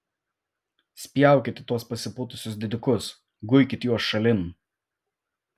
spjaukit į tuos pasipūtusius didikus guikit juos šalin